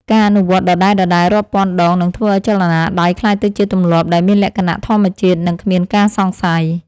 ការអនុវត្តដដែលៗរាប់ពាន់ដងនឹងធ្វើឱ្យចលនាដៃក្លាយទៅជាទម្លាប់ដែលមានលក្ខណៈធម្មជាតិ និង គ្មានការសង្ស័យ។